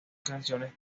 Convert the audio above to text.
canciones